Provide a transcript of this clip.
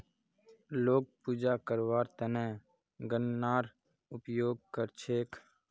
लोग पूजा करवार त न गननार उपयोग कर छेक